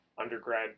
undergrad